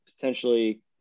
potentially